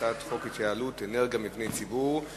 הצעת חוק התייעלות אנרגיה במבני ציבור.